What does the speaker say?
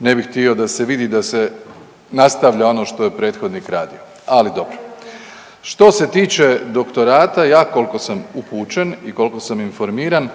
ne bi htio da se vidi da se nastavlja ono što je prethodnik radio, ali dobro. Što se tiče doktorata, ja koliko sam upućen i koliko sam informiran,